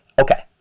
Okay